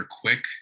quick